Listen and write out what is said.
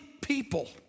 people